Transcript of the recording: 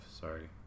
Sorry